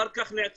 אחר כך נעצר,